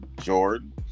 Jordan